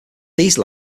these